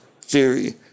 theory